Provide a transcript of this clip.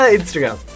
Instagram